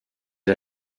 der